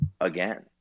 again